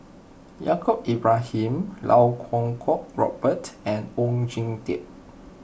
Yaacob Ibrahim Iau Kuo Kwong Robert and Oon Jin Teik